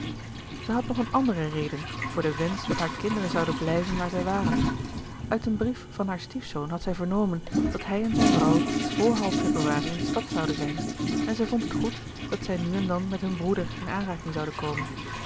zij had nog eene andere reden voor den wensch dat hare kinderen zouden blijven waar zij waren uit een brief van haar stiefzoon had zij vernomen dat hij en zijn vrouw vr half februari in de stad zouden zijn en zij vond het goed dat zij nu en dan met hun broeder in aanraking zouden komen